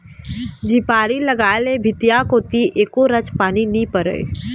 झिपारी लगाय ले भीतिया कोती एको रच पानी नी परय